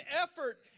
effort